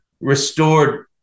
restored